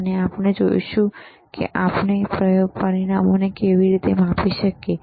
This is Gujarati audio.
અને આપણે જોઈશું કે આપણે પરિમાણોને કેવી રીતે માપી શકીએ